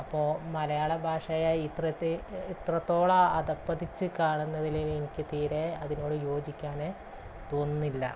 ഇപ്പോൾ മലയാള ഭാഷയായ ഇത്രത്തെ ഇത്രത്തോളം അധപതിച്ച് കാണുന്നതിൽ എനിക്ക് തീരെ അതിനോട് യോജിക്കാൻ തോന്നുന്നില്ല